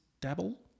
dabble